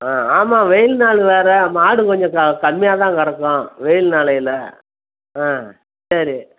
ஆ ஆமாம் வெயில் நாள் வேறு மாடு கொஞ்சம் க கம்மியாக தான் கறக்கும் வெயில் நாளையில் ஆ சரி